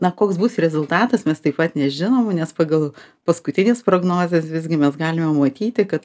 na koks bus rezultatas mes taip pat nežinom nes pagal paskutines prognozes visgi mes galime matyti kad